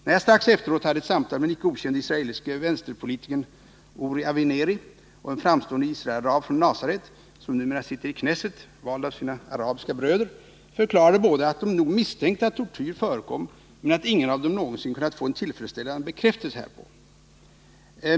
När jag strax efteråt hade ett samtal med den icke okände israeliske vänsterpolitikern Uri Avineri och en framstående Israelarab från Nasaret, som numera sitter i Knesset, vald av sina arabiska bröder, förklarade båda att de nog misstänkte att tortyr förekom men att ingen av dem någonsin kunnat få en tillfredsställande bekräftelse härpå.